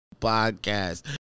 podcast